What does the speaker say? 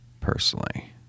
personally